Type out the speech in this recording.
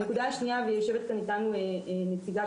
נקודה שניה, ויושבת איתנו נציגה